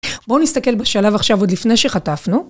בואו נסתכל בשלב עכשיו עוד לפני שחטפנו.